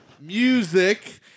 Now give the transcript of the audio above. music